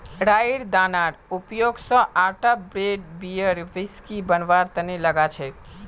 राईयेर दानार उपयोग स आटा ब्रेड बियर व्हिस्की बनवार तना लगा छेक